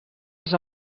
els